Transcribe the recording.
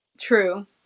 True